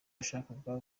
yashakaga